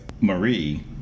Marie